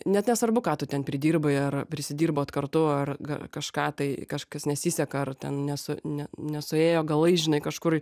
net nesvarbu ką tu ten pridirbai ar prisidirbot kartu ar kažką tai kažkas nesiseka ar ten nesu ne nesuėjo galai žinai kažkur